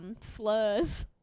Slurs